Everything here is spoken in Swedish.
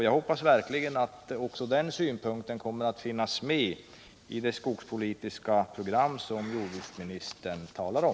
Jag hoppas verkligen att också den synpunkten kommer att finnas med i det skogspolitiska program som jordbruksministern talar om.